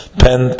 pen